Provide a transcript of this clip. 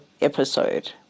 episode